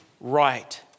right